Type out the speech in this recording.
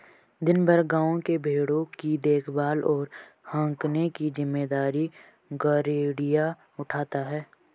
दिन भर गाँव के भेंड़ों की देखभाल और हाँकने की जिम्मेदारी गरेड़िया उठाता है